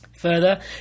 Further